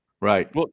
Right